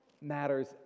matters